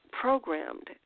programmed